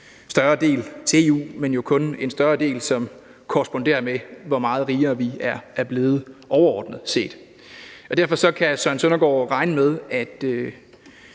større del til EU, men jo kun en større del, som korresponderer med, hvor meget rigere vi er blevet overordnet set. Derfor kan hr. Søren Søndergaard regne med, at